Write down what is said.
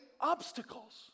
obstacles